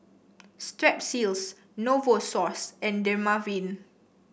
Strepsils Novosource and Dermaveen